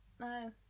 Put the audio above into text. No